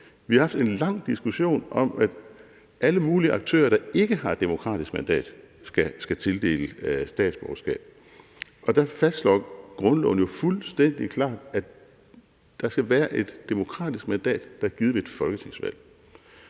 Vi har haft en lang diskussion om, at alle mulige aktører, der ikke har et demokratisk mandat, skal tildele statsborgerskab, og dér fastslår grundloven jo fuldstændig klart, at der skal være et demokratisk mandat, der er givet ved et folketingsvalg,